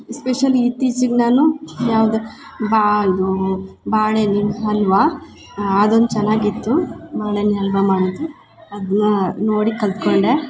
especially ಇತ್ತಿಚಿಗೆ ನಾನು ಯಾವುದೇ ಬಾ ಇದು ಬಾಳೆ ಹಣ್ಣಿನ ಹಲ್ವ ಅದೊಂದು ಚೆನ್ನಾಗಿತ್ತು ಮಳೆನ ಹಲ್ವ ಮಾಡಿದು ಅದನ್ನ ನೋಡಿ ಕಲ್ತ್ಕೊಂಡೆ